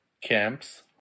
camps